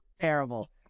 terrible